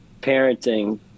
parenting